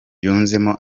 yunzemo